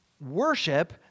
Worship